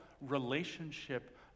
relationship